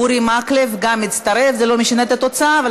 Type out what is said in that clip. אין מתנגדים, אין נמנעים.